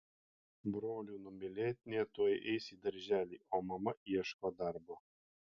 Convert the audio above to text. brolių numylėtinė tuoj eis į darželį o mama ieško darbo